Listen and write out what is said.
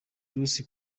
ruth